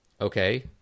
okay